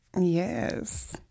Yes